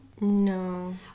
No